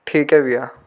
ठीक है भय्या